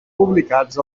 publicats